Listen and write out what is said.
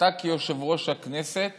אתה כיושב-ראש הכנסת